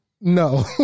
no